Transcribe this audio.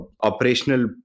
operational